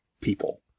people